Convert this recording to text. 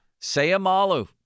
Sayamalu